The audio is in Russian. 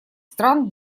стран